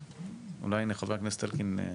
אולי חבר הכנסת זאב אלקין,